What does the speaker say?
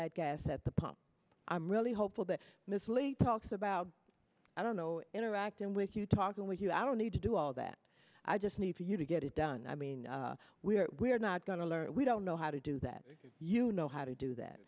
that gas at the pump i'm really hopeful that mislead talks about i don't know interacting with you talking with you i don't need to do all that i just need for you to get it done i mean we're we're not going to learn we don't know how to do that you know how to do that